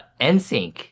NSYNC